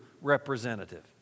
representative